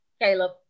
Caleb